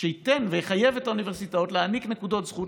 שייתן ויחייב את האוניברסיטאות להעניק נקודות זכות